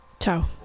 Ciao